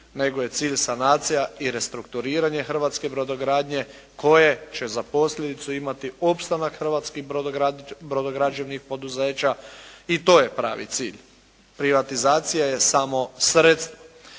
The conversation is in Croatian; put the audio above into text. nego je cilj sanacija i restrukturiranje hrvatske brodogradnje koje će za posljedicu imati opstanak hrvatskih brodograđevnih poduzeća i to je pravi cilj. Privatizacija je samo sredstvo.